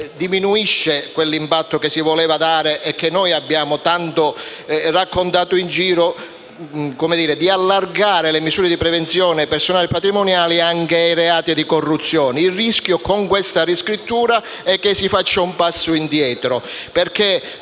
Il rischio, con questa riscrittura, è che si faccia un passo indietro